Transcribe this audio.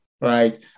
right